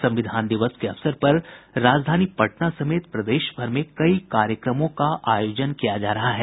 संविधान दिवस के अवसर पर राजधानी पटना समेत प्रदेशभर में कई कार्यक्रमों का आयोजन किया जा रहा है